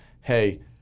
Hey